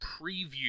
preview